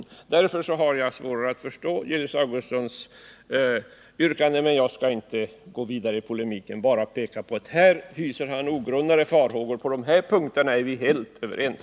Jag har mot den här bakgrunden svårt att förstå Gillis Augustssons yrkanden, men jag skall inte gå vidare i polemiken utan bara peka på att Gillis Augustsson här hyser ogrundade farhågor. På de här punkterna är vi helt överens.